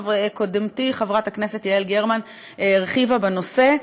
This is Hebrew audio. קודמתי, חברת הכנסת יעל גרמן, הרחיבה בנושא,